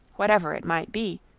whatever it might be,